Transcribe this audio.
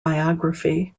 biography